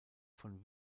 von